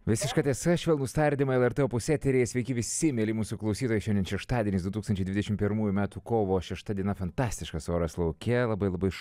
visiška tiesa švelnūs tardymai lrt opus eteryje sveiki visi mieli mūsų klausytojai šiandien šeštadienis du tūkstančiai dvidešimt pirmųjų metų kovo šešta diena fantastiškas oras lauke labai labai